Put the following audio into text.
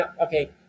okay